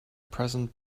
present